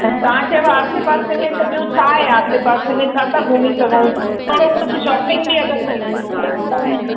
न तव्हां चयव आसे पासे में ॿियो छा आहे आसे पासे में छा था घुमी सघूं थोरो कुझु शॉपिंग बि अगरि